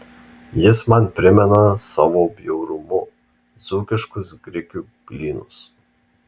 jis man primena savo bjaurumu dzūkiškus grikių blynus